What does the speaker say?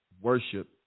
worship